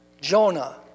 Jonah